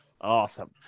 awesome